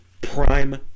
prime